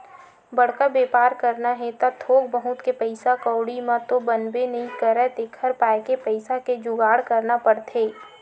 बड़का बेपार करना हे त थोक बहुत के पइसा कउड़ी म तो बनबे नइ करय तेखर पाय के पइसा के जुगाड़ करना पड़थे